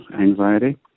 anxiety